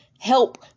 help